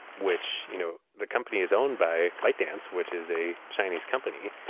which you know the company is owned by bytedance which is a chinese company.